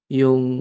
yung